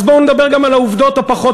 אז בואו נדבר גם על העובדות הפחות-היסטוריות,